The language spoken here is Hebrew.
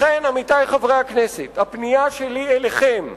לכן, עמיתי חברי הכנסת, הפנייה שלי אליכם,